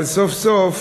אבל סוף-סוף